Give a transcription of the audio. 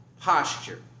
posture